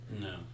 No